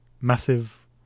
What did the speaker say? massive